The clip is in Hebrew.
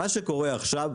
מה שקורה עכשיו,